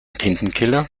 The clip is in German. tintenkiller